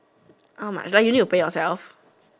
oh my God you need to pay yourself